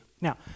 Now